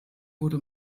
wurde